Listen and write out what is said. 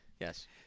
Yes